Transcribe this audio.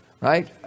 Right